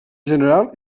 general